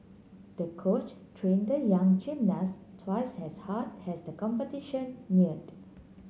the coach train the young gymnast twice as hard as the competition neared